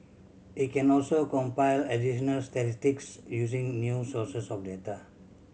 it can also compile additional statistics using new sources of data